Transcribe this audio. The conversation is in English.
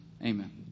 amen